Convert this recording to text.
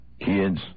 Kids